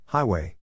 Highway